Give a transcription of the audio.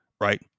right